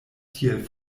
tiel